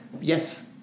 yes